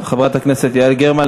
חברת הכנסת יעל גרמן,